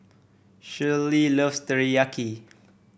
Schley loves Teriyaki